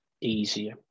easier